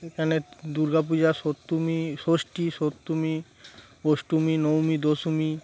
এখানে দুর্গাপূজা সপ্তমী ষষ্ঠী সপ্তমী অষ্টমী নবমী দশমী